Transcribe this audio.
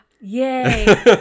Yay